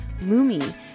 Lumi